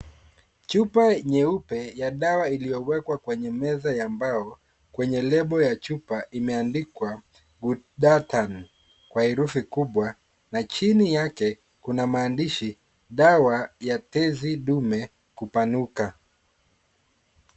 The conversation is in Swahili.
Chupa nyeupe ya dawa iliowekwa kwenye meza ya mbao. Kwenye lebo ya chupa imeandikwa ghudatun, kwa herufi kubwa na chini yake, kuna maandishi dawa ya tezidume kupanuka.